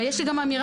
ויש לי גם אמירה,